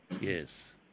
Yes